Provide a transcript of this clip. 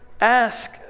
ask